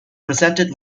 presented